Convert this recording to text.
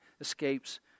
escapes